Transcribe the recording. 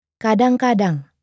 Kadang-kadang